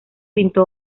pintó